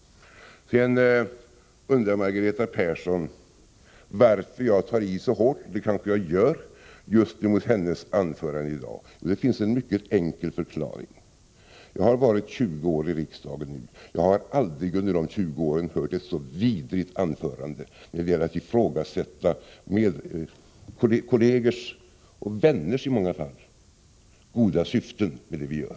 Margareta Persson undrar varför jag tar i så hårt, och det kanske jag gör just mot hennes anförande i dag. Det finns en mycket enkel förklaring: Jag har nu varit 20 år i riksdagen, men jag har aldrig under dessa 20 år hört ett så vidrigt anförande när det gäller att ifrågasätta kollegers och, i många fall, vänners goda syften med det de gör.